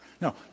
No